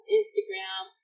Instagram